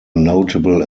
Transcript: notable